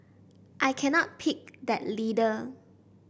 I cannot pick that leader